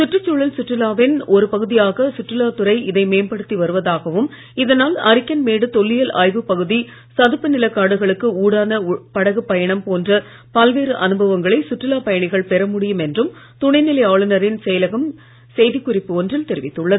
சுற்றுச் சூழல் சுற்றுலாவின் ஒரு பகுதியாக சுற்றுலாத்துறை இதை மேம்படுத்தி வருவதாகவும் இதனால் அரிக்கன்மேடு தொல்லியல் ஆய்வு பகுதி சதுப்புநில காடுகளுக்கு ஊடான படகுப் பயணம் போன்ற பல்வேறு அனுபவங்களை சுற்றுலா பயணிகள் பெற முடியும் என்றும் துணைநிலை ஆளுநரின் செயலகம் செய்தி குறிப்பு ஒன்றில் தெரிவித்துள்ளது